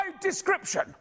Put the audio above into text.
description